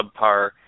subpar